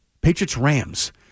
Patriots-Rams